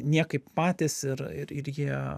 niekaip patys ir ir ir jie